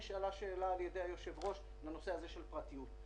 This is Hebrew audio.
נשאלה שאלה על ידי היושב-ראש בנושא הפרטיות.